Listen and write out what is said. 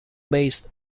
based